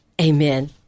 Amen